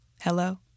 Hello